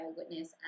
witness